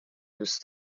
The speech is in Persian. دوست